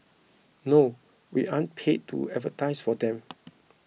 no we aren't paid to advertise for them